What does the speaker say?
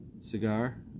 cigar